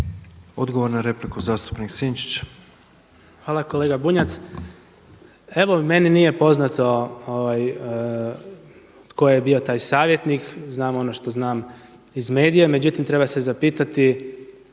Odgovor na repliku zastupnik Sinčić.